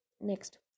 next